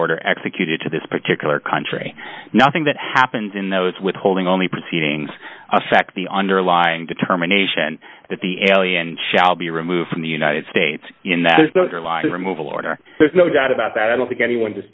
order executed to this particular country nothing that happens in those withholding only proceedings affect the underlying determination that the shall be removed from the united states the removal order there's no doubt about that i don't think anyone